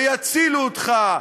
ויצילו אותך,